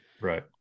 Right